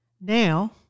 Now